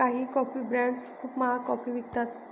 काही coffee brands खूप महाग कॉफी विकतात